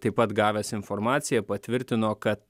taip pat gavęs informaciją patvirtino kad